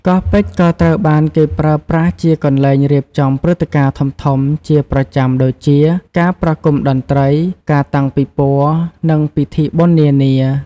កោះពេជ្រក៏ត្រូវបានគេប្រើប្រាស់ជាកន្លែងរៀបចំព្រឹត្តិការណ៍ធំៗជាប្រចាំដូចជា ការប្រគំតន្ត្រី ការតាំងពិព័រណ៍ និងពិធីបុណ្យនានា។